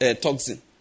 toxin